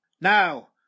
Now